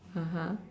(uh huh)